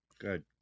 Good